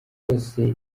cyose